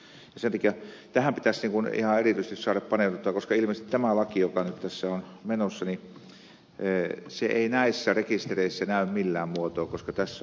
tähän pitäisi ihan erityisesti saada paneuduttua koska ilmeisesti tämä laki joka nyt tässä on menossa ei näissä rekistereissä näy millään muotoa